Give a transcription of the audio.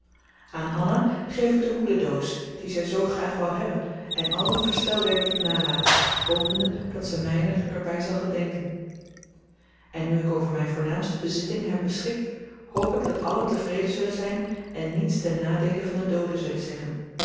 aan hanna geef ik de hoedendoos die zij zoo graag wou hebben en al het verstelwerk dat ik nalaat hopende dat ze mijner er bij zal gedenken en nu ik over mijn voornaamste bezittingen heb beschikt hoop ik dat allen tevreden zullen zijn en niets ten nadeele van de doode zullen zeggen